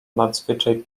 nadzwyczaj